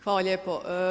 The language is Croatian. Hvala lijepo.